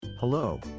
Hello